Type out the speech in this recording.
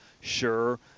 Sure